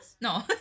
No